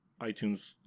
iTunes